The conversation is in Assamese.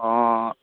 অঁ